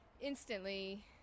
instantly